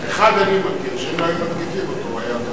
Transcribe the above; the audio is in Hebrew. אני מכיר אחד שאם לא היו מתקיפים אותו הוא היה בא.